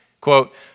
quote